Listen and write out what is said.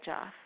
off